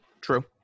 true